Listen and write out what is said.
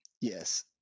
yes